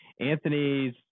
anthony's